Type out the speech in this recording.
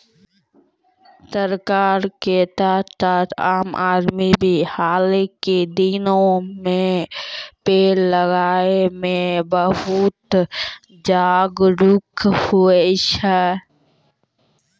सरकार के साथ साथ आम आदमी भी हाल के दिनों मॅ पेड़ लगाय मॅ बहुत जागरूक होलो छै